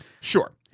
Sure